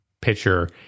pitcher